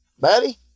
buddy